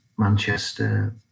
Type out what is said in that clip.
Manchester